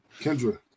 Kendra